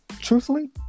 truthfully